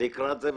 לקראת זה.